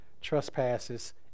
trespasses